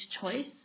choice